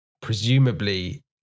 presumably